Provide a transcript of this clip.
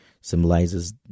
symbolizes